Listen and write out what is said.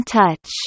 touch